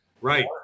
Right